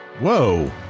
Whoa